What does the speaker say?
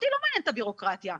אותי לא מעניינת הביורוקרטיה.